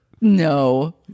No